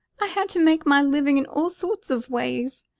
i had to make my living in all sorts of ways,